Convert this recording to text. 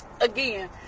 again